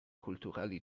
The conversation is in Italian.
culturali